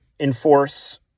enforce